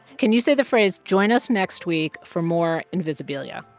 can you say the phrase join us next week for more invisibilia?